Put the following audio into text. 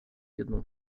jedną